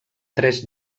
tres